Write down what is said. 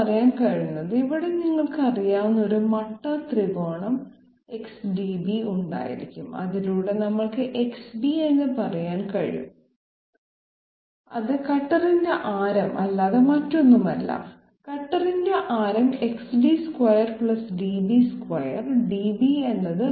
നമ്മൾക്ക് പറയാൻ കഴിയുന്നത് ഇവിടെ നിങ്ങൾക്ക് അറിയാവുന്ന ഒരു മട്ട ത്രികോണം XDB ഉണ്ടായിരിക്കും അതിലൂടെ നമ്മൾക്ക് XB എന്ന് പറയാൻ കഴിയും അത് കട്ടറിന്റെ ആരം അല്ലാതെ മറ്റൊന്നുമല്ല കട്ടറിന്റെ ആരം XD square DB square DB എന്നത്